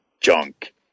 junk